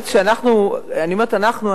כשאני אומרת "אנחנו",